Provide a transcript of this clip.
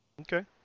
Okay